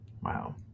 wow